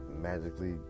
magically